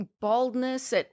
baldness